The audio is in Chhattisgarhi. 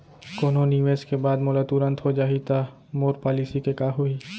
कोनो निवेश के बाद मोला तुरंत हो जाही ता मोर पॉलिसी के का होही?